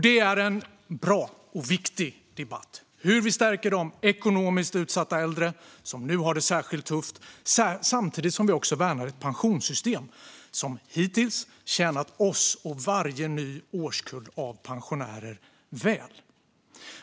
Det är en bra och viktig debatt - om hur vi stärker de ekonomiskt utsatta äldre som nu har det särskilt tufft, samtidigt som vi också värnar ett pensionssystem som hittills tjänat oss och varje ny årskull av pensionärer väl.